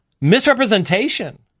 misrepresentation